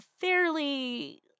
fairly